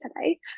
today